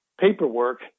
paperwork